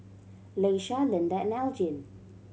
Iesha Lynda and Elgin